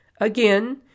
Again